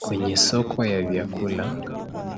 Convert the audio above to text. Kwenye soko ya vyakula